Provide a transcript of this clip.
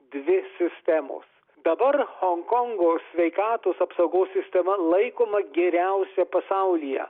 dvi sistemos dabar honkongo sveikatos apsaugos sistema laikoma geriausia pasaulyje